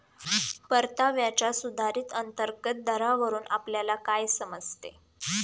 परताव्याच्या सुधारित अंतर्गत दरावरून आपल्याला काय समजते?